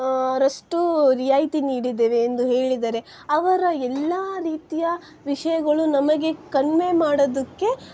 ರಷ್ಟು ರಿಯಾಯಿತಿ ನೀಡಿದ್ದೇವೆ ಎಂದು ಹೇಳಿದರೆ ಅವರ ಎಲ್ಲ ರೀತಿಯ ವಿಷಯಗಳು ನಮಗೆ ಕನ್ವೇ ಮಾಡೋದಕ್ಕೆ